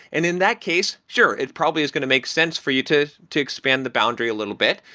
and in that case, sure, it probably is going to make sense for you to to expand the boundary a little bit,